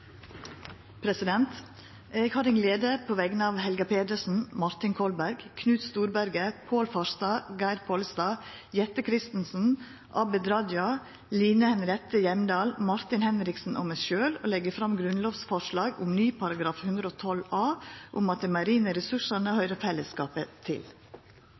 har gleda av, på vegner av representantane Helga Pedersen, Martin Kolberg, Knut Storberget, Pål Farstad, Geir Pollestad, Jette F. Christensen, Abid Q. Raja, Line Henriette Hjemdal, Martin Henriksen og meg sjølv, å setja fram grunnlovsforslag om ny § 112 a, om at dei marine ressursane høyrer fellesskapet til.